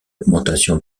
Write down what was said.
augmentation